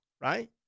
right